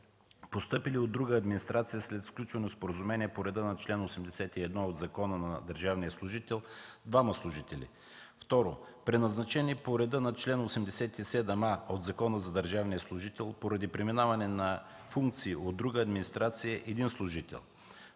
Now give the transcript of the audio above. постъпили от друга администрация след сключено споразумение по реда на чл. 81 от Закона за държавния служител – двама служители; второ, преназначени по реда на чл. 87а от Закона за държавния служител поради преминаване на функции от друга администрация – един служител;